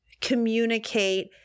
communicate